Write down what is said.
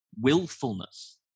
willfulness